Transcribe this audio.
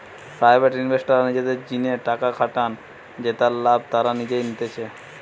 private ইনভেস্টররা নিজেদের জিনে টাকা খাটান জেতার লাভ তারা নিজেই নিতেছে